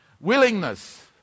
Willingness